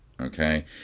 okay